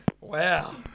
Wow